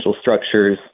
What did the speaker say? structures